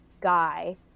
guy